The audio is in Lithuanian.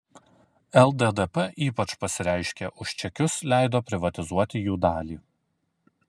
lddp ypač pasireiškė už čekius leido privatizuoti jų dalį